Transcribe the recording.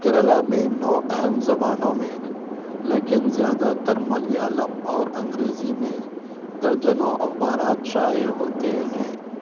کیرلا میں نو اہم زبانوں میں لیکن زیادہ تر ملیالم اور انگریزی میں درجنوں اخبارات شائع ہوتے ہیں